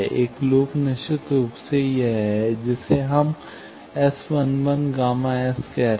एक लूप निश्चित रूप से यह है जिसे हम S 11 Γ s कह रहे हैं